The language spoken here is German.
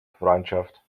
freundschaft